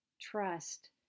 trust